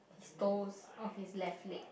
his toes of his left leg